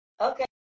Okay